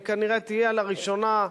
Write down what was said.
והיא כנראה תהיה לראשונה,